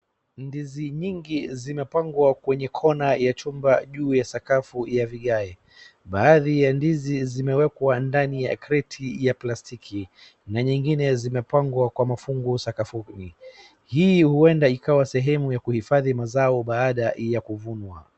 Ndiz nyingi zimepangwa kwenye kona ya chumba juu ya sakafu ya vigae. Baadhi ya ndizi zimewekwa ndani ya kreti ya palstiki na nyingine zimepangwa kwa mafungu sakafuni. Hii huenda ikawa sehemu ya kuhifadhi mazao baada ya kuvunwa.